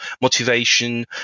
motivation